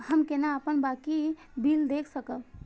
हम केना अपन बाँकी बिल देख सकब?